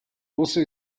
also